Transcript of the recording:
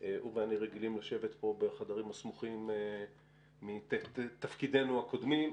הוא ואני רגילים לשבת פה בחדרים סמוכים מתפקידינו הקודמים,